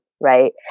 right